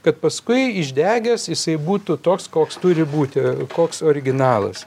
kad paskui išdegęs jisai būtų toks koks turi būti koks originalas